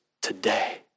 today